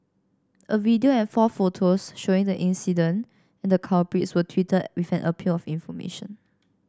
a video and four photos showing the incident and the culprits were tweeted with an appeal of information